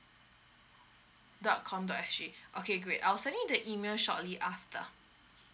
dot com dot S G okay great I'll send you the email shortly after